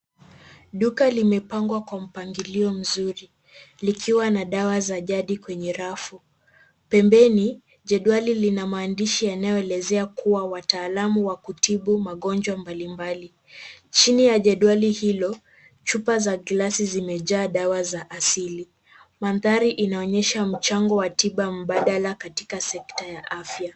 Duka limepangwa kwa mpangilio mzuri likiwa na dawa za jadi kwenye rafu. Pembeni, jedwali linamaandiahi yanayoelezea kuwa wataalam wa kutibu magonjwa mbali mbali. Chini ya jedwali hiko, chupa za glasi limejaa dawa za asili. Maandhari inaonyesha mchango wa tiba mbadala katika sekta ya afya.